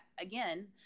again